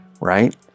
right